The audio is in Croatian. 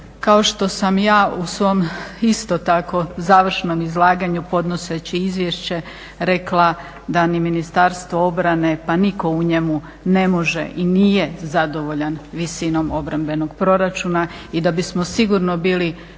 kao što sam ja u svom isto tako završnom izlaganju podnoseći izvješće rekla da ni Ministarstvo obrane pa nitko u njemu ne može i nije zadovoljan visinom obrambenog proračuna i da bismo sigurno bili